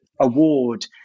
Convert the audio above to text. award